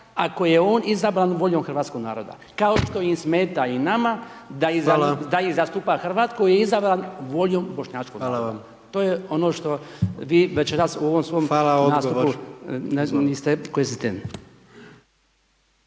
ako je on izabran voljom hrvatskog naroda, kao što im smeta i nama, da ih zastupa Hrvat koji je izabran voljom bošnjačkog naroda, to je ono što vi večeras u ovom svom nastupu niste